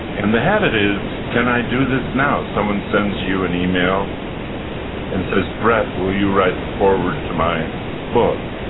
and the habit is can i do this now? someone sends you an email and says, brett, will you write the forward to my book?